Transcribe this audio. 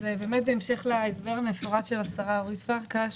אז בהמשך להסבר המפורט של השרה אורית פרקש,